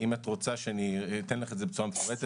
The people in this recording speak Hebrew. אם את רוצה שאני אתן לך את זה בצורה מפורטת,